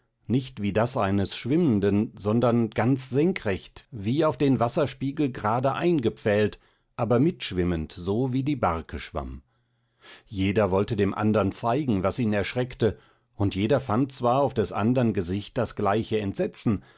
nicht wie das eines schwimmenden sondern ganz senkrecht wie auf den wasserspiegel grade eingepfählt aber mitschwimmend so wie die barke schwamm jeder wollte dem andern zeigen was ihn erschreckte und jeder fand zwar auf des andern gesicht das gleiche entsetzen